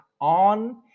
on